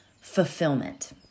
fulfillment